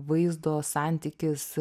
vaizdo santykis